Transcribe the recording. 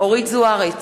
אורית זוארץ,